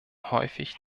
häufig